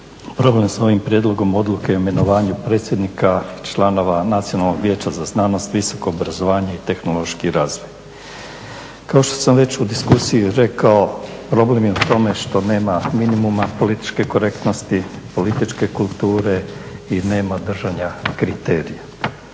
problem s ovim prijedlogom odluke o imenovanju predsjednika, članova Nacionalnog vijeća za znanost, visoko obrazovanje i tehnološki razvoj. Kao što sam već u diskusiji rekao, problem je u tome što nema minimuma političke korektnosti, političke kulture i nema držanja kriterija,